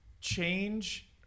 change